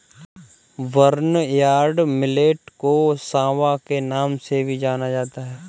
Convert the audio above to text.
barnyard millet को सांवा के नाम से भी जाना जाता है